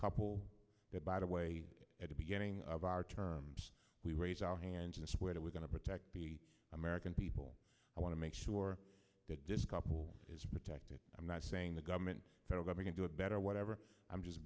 couple that by the way at the beginning of our term we raise our hands and swear that we're going to protect the american people i want to make sure that this couple is protected i'm not saying the government can do it better whatever i'm just